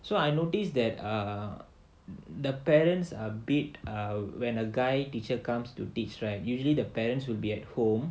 so I notice that uh the parents a bit uh when a guy teacher comes to teach right usually the parents will be at home